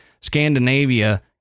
Scandinavia